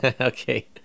Okay